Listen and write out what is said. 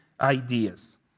ideas